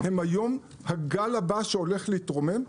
הם היום הגל הבא שהולך להתרומם.